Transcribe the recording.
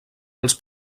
dels